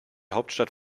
hauptstadt